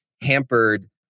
hampered